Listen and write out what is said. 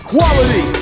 Quality